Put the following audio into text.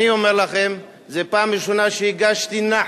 אני אומר לכם, זו היתה הפעם הראשונה שהרגשתי נחת,